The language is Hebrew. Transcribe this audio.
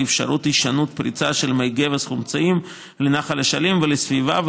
אפשרות של הישנות פריצה של מי גבס חומציים לנחל אשלים ולסביבה,